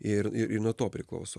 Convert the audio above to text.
ir nuo to priklauso